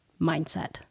mindset